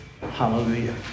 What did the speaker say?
Hallelujah